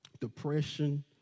depression